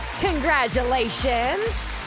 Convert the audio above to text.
Congratulations